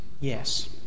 yes